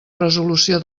resolució